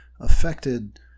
affected